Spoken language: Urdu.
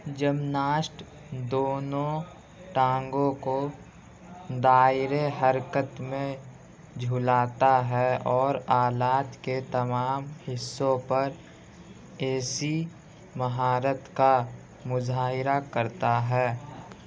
جمناسٹ دونوں ٹانگوں کو دائرے حرکت میں جھولاتا ہے اور آلات کے تمام حصوں پر ایسی مہارت کا مظاہرہ کرتا ہے